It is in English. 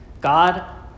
God